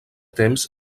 temps